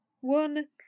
one